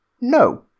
No